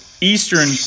eastern